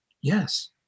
yes